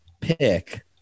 pick